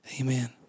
amen